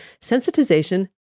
Sensitization